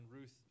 Ruth